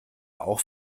auch